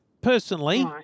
personally